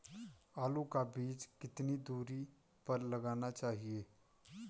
आलू का बीज कितनी दूरी पर लगाना चाहिए?